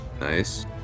Nice